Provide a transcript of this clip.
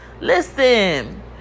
listen